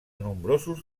nombrosos